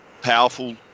powerful